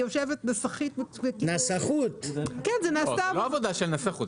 זאת לא עבודה של נסחות.